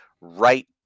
right